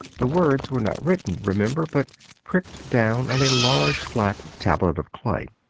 the words were not written, remember, but pricked down on a large flat tablet of clay.